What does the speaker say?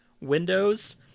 windows